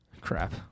crap